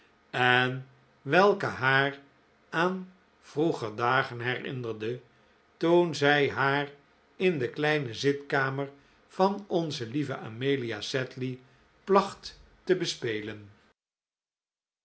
en welke haar aan vroeger dagen herinnerde toen zij haar in de kleine zitkamer van onze lieve amelia sedley placht te bespelen